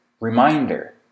reminder